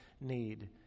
need